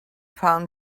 found